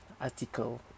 article